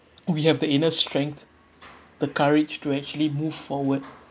we have the inner strength the courage to actually move forward